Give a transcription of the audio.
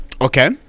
Okay